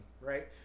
right